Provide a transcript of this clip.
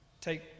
take